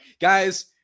guys